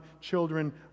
children